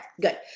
good